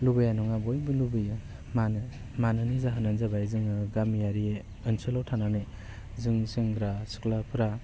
लुबैया नङा बयबो लुबैयो मानो मानोनि जाहोना जाबाय गामियारि ओनसोलाव थानानै जों सेंग्रा सिख्लाफ्रा